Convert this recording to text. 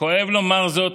כואב לומר זאת,